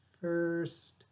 first